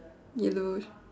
yellow